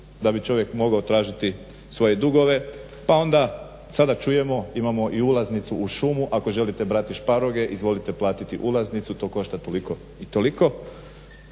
da bi čovjek mogao tražiti svoje dugove. Pa onda sada čujemo imamo i ulaznicu u šumu ako želite brati šparoge, izvolite platiti ulaznicu to košta toliko i toliko.